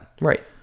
Right